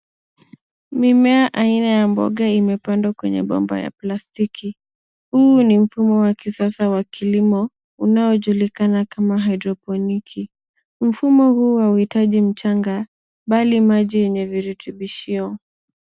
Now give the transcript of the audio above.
Mimea aina ya mboga imepandwa kwenye bomba ya plastiki. Huu ni mfumo wa kisasa wa kilimo unaojulikana kama haidroponiki. Mfumo huu hauitaji mchanga bali maji yenye virutubisho.